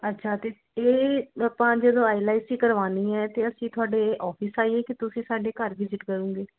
ਅੱਛਾ ਅਤੇ ਇਹ ਜਦੋ ਆਪਾਂ ਜਦੋਂ ਐਲ ਆਈ ਸੀ ਕਰਵਾਉਣੀ ਹੈ ਅਤੇ ਅਸੀਂ ਤੁਹਾਡੇ ਆਫਿਸ ਆਈਏ ਕਿ ਤੁਸੀਂ ਸਾਡੇ ਘਰ ਵਿਜਿਟ ਕਰੋਗੇ